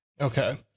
Okay